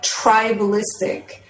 tribalistic